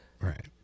Right